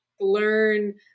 learn